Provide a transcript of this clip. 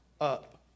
up